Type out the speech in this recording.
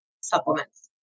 supplements